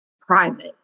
private